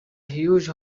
huge